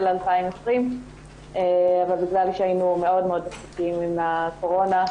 2020 אבל בגלל שהיינו מאוד-מאוד עסוקים עם הקורונה,